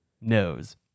knows